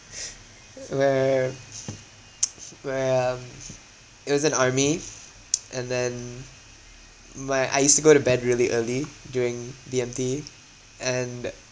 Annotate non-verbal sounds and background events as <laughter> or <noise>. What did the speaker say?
<noise> where <noise> where um it was in army and then my I used to go to bed really early during B_M_T and <noise>